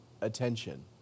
attention